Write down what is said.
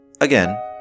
again